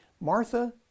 Martha